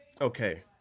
Okay